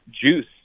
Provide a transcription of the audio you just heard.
juice